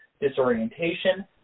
disorientation